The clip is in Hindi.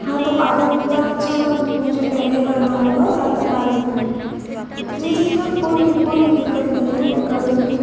हाँ तो आधा भुगतान अच्छा मैं मुझे पहले करना होगा और आधा बाद में जी जी हाँ कोई कोई दिक्कत नहीं है मैं कर दूँगी